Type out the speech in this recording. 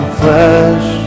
flesh